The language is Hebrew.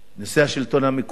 נושא השלטון המקומי,